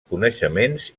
coneixements